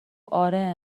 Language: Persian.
آره